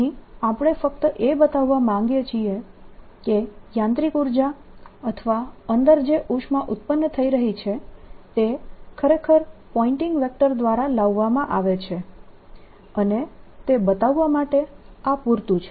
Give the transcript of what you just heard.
અહીં આપણે ફક્ત એ બતાવવા માંગીએ છીએ કે યાંત્રિક ઉર્જા અથવા અંદર જે ઉષ્મા ઉત્પન્ન થઈ રહી છે તે ખરેખર પોઈન્ટીંગ વેક્ટર દ્વારા લાવવામાં આવે છે અને તે બતાવવા માટે આ પૂરતું છે